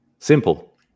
simple